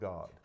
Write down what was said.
God